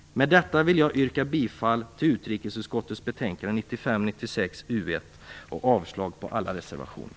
Med detta vill jag yrka bifall till utrikesutskottets hemställan i betänkande 1995/96:UU1 och avslag på alla reservationer.